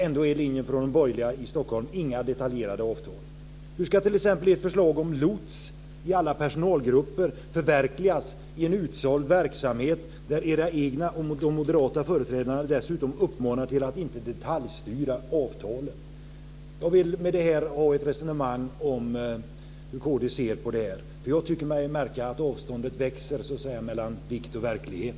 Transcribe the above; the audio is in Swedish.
Ändå är linjen från de borgerliga i Stockholm att det inte ska vara några detaljerade avtal. Hur ska t.ex. ert förslag om lots i alla personalgrupper förverkligas i en utsåld verksamhet, där era egna och de moderata företrädarna dessutom uppmanar till att inte detaljstyra avtalen? Jag vill med detta inlägg ha ett resonemang om hur kd ser på denna fråga. Jag tycker mig märka att avståndet växer mellan dikt och verklighet.